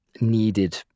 needed